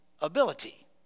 ability